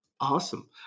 Awesome